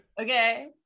okay